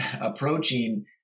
approaching